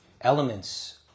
elements